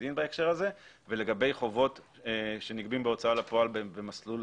דין בהקשר הזה; ולגבי חובות שנגבים בהוצאה לפועל במסלול